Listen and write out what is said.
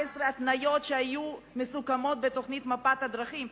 התניות שהיו מוסכמות בתוכנית מפת הדרכים,